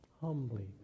humbly